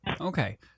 Okay